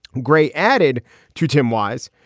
gray added to tim wise.